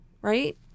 right